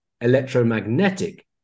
electromagnetic